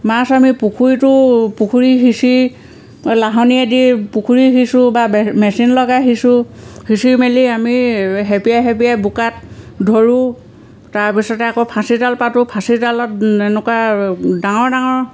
মাছ আমি পুখুৰীটো পুখুৰী সিঁচি লাহনীয়েদি পুখুৰী সিঁচোঁ বা মেচিন লগাই সিঁচোঁ সিঁচি মেলি আমি খেপিয়াই খেপিয়াই বোকাত ধৰোঁ তাৰপিছতে আকৌ ফাঁচিজাল পাতোঁ ফাঁচিজালত এনেকুৱা ডাঙৰ ডাঙৰ